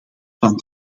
van